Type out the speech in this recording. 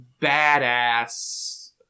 badass